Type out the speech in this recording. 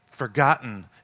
forgotten